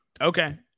Okay